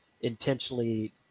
intentionally